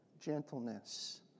gentleness